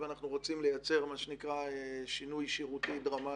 אם אנחנו רוצים לייצר שינוי שירותי דרמטי,